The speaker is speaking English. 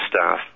staff